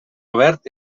obert